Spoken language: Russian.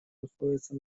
находится